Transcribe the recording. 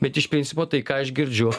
bet iš principo tai ką aš girdžiu